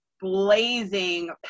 blazing